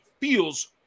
feels